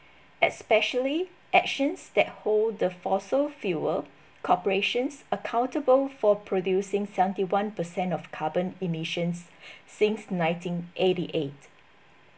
especially actions that hold the fossil fuel corporations accountable for producing seventy one percent of carbon emissions since nineteen eighty eight